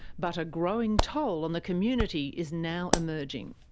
but a growing toll on the community is now emerging.